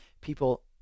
people